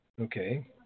Okay